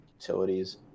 utilities